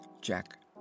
Jack